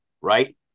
right